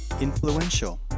influential